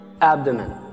abdomen